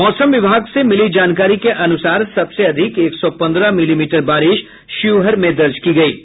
मौसम विभाग से मिली जानकारी के अनुसार सबसे अधिक एक सौ पंद्रह मिलीमीटर बारिश शिवहर में दर्ज की गयी है